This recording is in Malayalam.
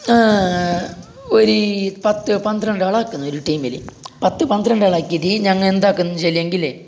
ഒര് പത്ത് പന്ത്രണ്ട് ആളാകുന്ന് ഒരു ടീമില് പത്ത് പന്ത്രണ്ട് ആളാക്കിയിട്ട് ഞങ്ങൾ എന്താക്കുന്നെന്ന് വെച്ചെങ്കിൽ എങ്കിലേ